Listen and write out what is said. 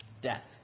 death